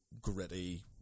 gritty